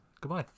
Goodbye